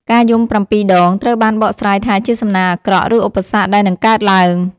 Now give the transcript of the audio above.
ការយំប្រាំពីរដង ត្រូវបានបកស្រាយថាជាសំណាងអាក្រក់ ឬឧបសគ្គដែលនឹងកើតឡើង។